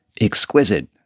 exquisite